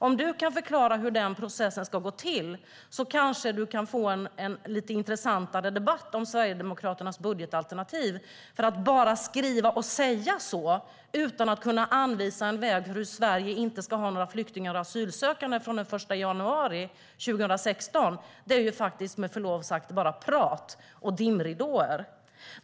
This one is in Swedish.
Om du kan förklara hur den processen ska gå till kanske vi kan få en lite intressantare debatt om Sverigedemokraternas budgetalternativ. Att bara skriva och säga så utan att kunna anvisa en väg för att Sverige inte ska ha några flyktingar och asylsökande från den 1 januari 2016 är med förlov sagt bara prat och dimridåer.